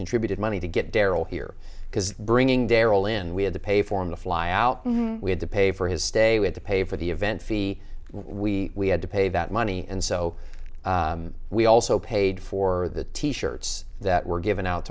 contributed money to get darryl here because bringing daryl in we had to pay for him to fly out we had to pay for his stay with the pay for the event fee we had to pay that money and so we also paid for the t shirts that were given out